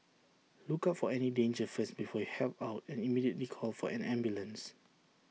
look out for any danger first before you help out and immediately call for an ambulance